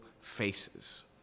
faces